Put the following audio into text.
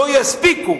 לא יספיקו.